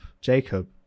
jacob